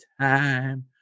time